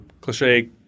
cliche